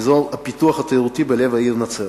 אזור הפיתוח התיירותי בלב העיר נצרת.